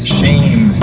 shame